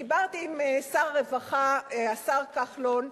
דיברתי עם שר הרווחה, השר כחלון,